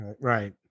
right